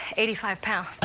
eighty five pounds,